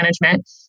management